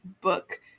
book